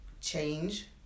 change